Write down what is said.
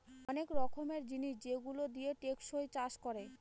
অনেক রকমের জিনিস যেগুলো দিয়ে টেকসই চাষ করে